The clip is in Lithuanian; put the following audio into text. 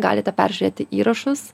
galite peržiūrėti įrašus